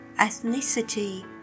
ethnicity